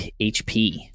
hp